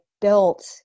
built